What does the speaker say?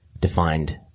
defined